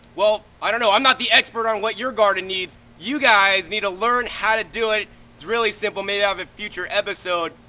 well, i don't know i'm not the expert on what your garden needs. you guys need to learn how to do it. it's really simple. maybe i'll have a future episode.